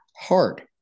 hard